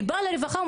כשאני מגיעה לרווחה,